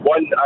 One